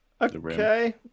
Okay